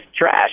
trash